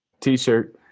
T-shirt